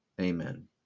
Amen